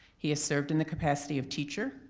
he has served in the capacity of teacher,